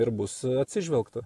ir bus atsižvelgta